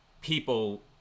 people